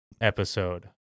episode